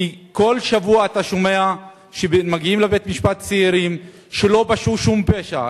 כי כל שבוע אתה שומע שמגיעים לבית-משפט צעירים שלא פשעו שום פשע,